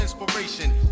inspiration